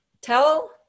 tell